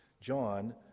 John